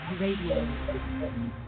Radio